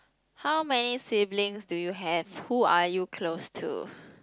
how many siblings do you have who are you close to